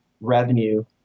revenue